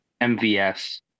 MVS